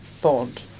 bond